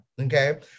okay